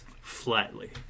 flatly